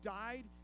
died